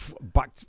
back